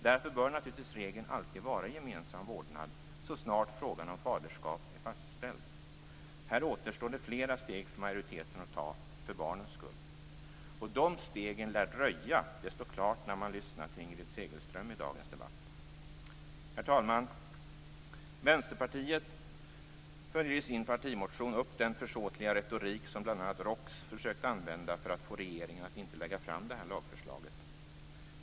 Därför bör naturligtvis regeln alltid vara gemensam vårdnad, så snart frågan om faderskap är fastställd. Här återstår det flera steg för majoriteten att ta - för barnens skull. Och de stegen lär dröja - det står klart när man lyssnar till Inger Segelström i dagens debatt. Herr talman! Vänsterpartiet följer i sin partimotion upp den försåtliga retorik som bl.a. ROKS försökt använda för att få regeringen att inte lägga fram det här lagförslaget.